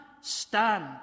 stand